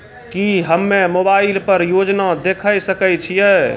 की हम्मे मोबाइल पर योजना देखय सकय छियै?